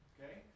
Okay